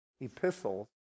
epistles